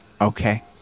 Okay